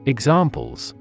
Examples